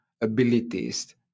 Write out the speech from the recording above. abilities